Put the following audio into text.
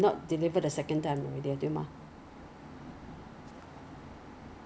usually this kind of thing ah we usually go Taiwan right then we buy 手信